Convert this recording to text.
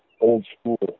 old-school